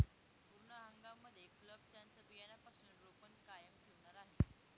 पूर्ण हंगाम मध्ये क्लब त्यांचं बियाण्यापासून रोपण कायम ठेवणार आहे